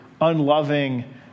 unloving